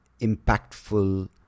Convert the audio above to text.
impactful